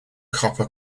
copper